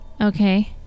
Okay